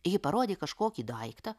ji parodė kažkokį daiktą